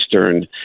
Eastern